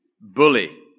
bully